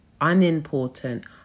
unimportant